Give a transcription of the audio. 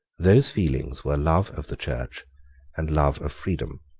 those feelings were love of the church and love of freedom.